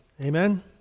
Amen